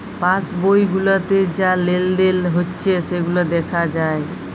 pass বই গুলাতে যা লেলদেল হচ্যে সেগুলা দ্যাখা যায়